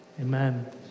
amen